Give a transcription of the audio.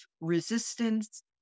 resistance